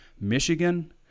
Michigan